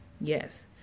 yes